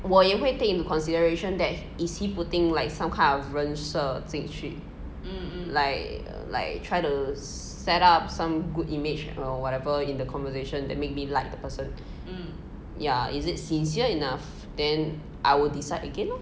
我也会 take into consideration that is he putting like some kind of 人色进去 like like try to set up some good image or whatever in the conversation that make me like the person ya is it sincere enough then I will decide again lor